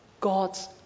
God's